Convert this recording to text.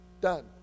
Done